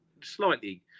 slightly